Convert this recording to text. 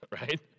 Right